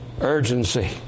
urgency